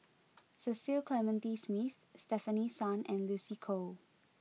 Cecil Clementi Smith Stefanie Sun and Lucy Koh